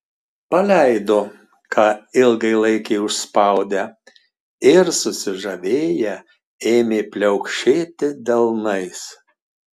paleido ką ilgai laikė užspaudę ir susižavėję ėmė pliaukšėti delnais